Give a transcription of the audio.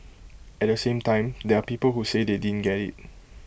at the same time there are people who say they didn't get IT